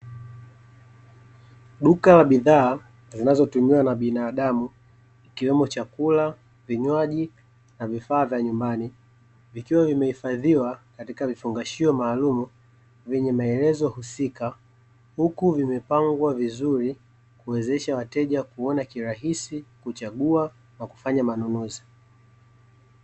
Duka la bidhaa zinazotumiwa na binadamu, ikiwemo chakula, vinywaji na vifaa vya nyumbani, vikiwa vimehifadhiwa katika vifungashio maalumu vyenye maelezo husika, huku vimepangwa vizuri kuwezesha wateja kuona kirahisi, kuchagua na kufanya manunuzi.